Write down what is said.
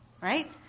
Right